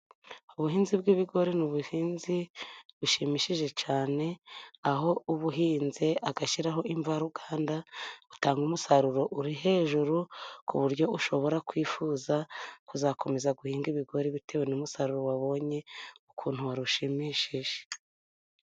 Ubuhinzi bw'ibigori ni ubuhinzi bushimishije cyane, aho ubuhinze agashyiraho imvaruganda butanga umusaruro uri hejuru, ku buryo ushobora kwifuza kuzakomeza guhinga ibigori bitewe n'umusaruro wabonye ukuntu wari ushimishije.